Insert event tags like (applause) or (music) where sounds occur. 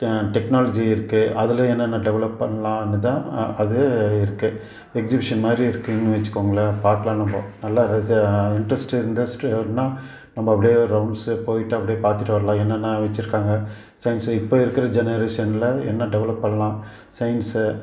technology இருக்குது அதில் என்னென்ன டெவலப் பண்ணலான்னு தான் அது இருக்குது எக்ஸிபிஷன் மாதிரி இருக்குதுன்னு வச்சுக்கோங்களேன் பார்க்கலாம் நம்ப நல்ல இன்ட்ரஸ்ட் இன்ட்ரஸ்ட் (unintelligible) நம்ம அப்டியே ஒரு ரவுண்ட்ஸ் போய்ட்டு அப்படியே பார்த்துட்டு வரலாம் என்னென்ன வச்சிருக்காங்க சயின்ஸ்ல இப்போ இருக்கிற ஜெனரேஷன்ல என்ன டெவலப் பண்ணலாம் சயின்ஸை